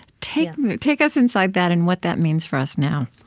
take take us inside that and what that means for us now